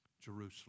Jerusalem